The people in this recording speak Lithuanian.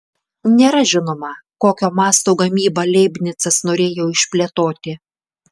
nėra žinoma kokio masto gamybą leibnicas norėjo išplėtoti